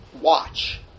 watch